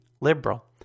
liberal